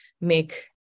make